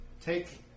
Take